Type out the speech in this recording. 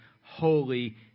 holy